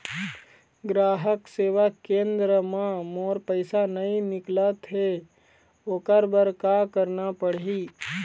ग्राहक सेवा केंद्र म मोर पैसा नई निकलत हे, ओकर बर का करना पढ़हि?